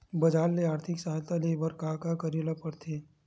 बजार ले आर्थिक सहायता ले बर का का करे ल पड़थे?